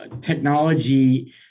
technology